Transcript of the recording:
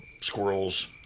squirrels